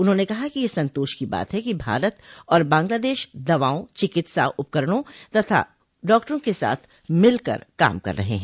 उन्होंने कहा कि यह संतोष की बात है कि भारत और बांग्लादेश दवाओं चिकित्सा उपकरणों तथा डॉक्टरों के साथ मिलकर काम कर रहे हैं